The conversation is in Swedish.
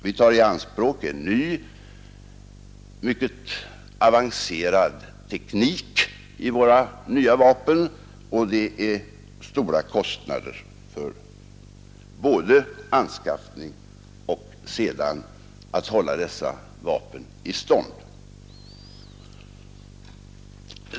Vi tar i anspråk en mycket avancerad teknik för våra nya vapen, och kostnaderna blir stora både för anskaffningen och för att hålla vapnen i stånd.